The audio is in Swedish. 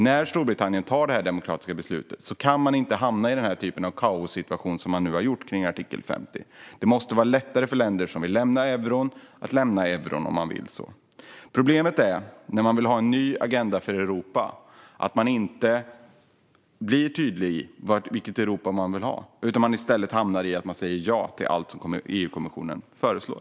När Storbritannien fattar det demokratiska beslutet kan man inte hamna i den typ av kaossituation som man nu har gjort om artikel 50. Det måste vara lättare för länder som vill lämna euron att lämna euron om de så vill. När man vill ha en ny agenda för Europa är problemet att man inte blir tydlig om vilket Europa man vill ha. Man hamnar i stället i att man säger ja till allt som EU-kommissionen föreslår.